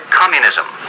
communism